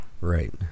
Right